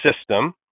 system